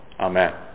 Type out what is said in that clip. Amen